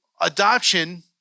adoption